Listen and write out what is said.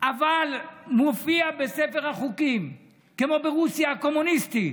אבל מופיע בספר החוקים, כמו ברוסיה הקומוניסטית,